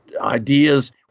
ideas